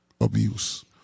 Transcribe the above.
abuse